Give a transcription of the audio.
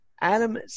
Adam